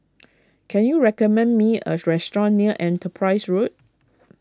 can you recommend me a restaurant near Enterprise Road